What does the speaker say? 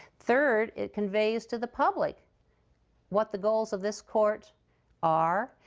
third, it conveys to the public what the goals of this court are,